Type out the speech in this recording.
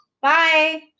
Bye